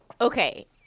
Okay